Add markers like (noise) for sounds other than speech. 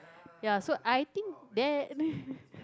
ya so I think that (laughs)